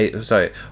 sorry